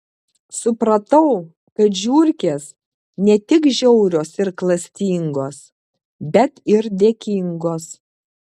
supratau kad žiurkės ne tik žiaurios ir klastingos bet ir dėkingos